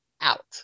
Out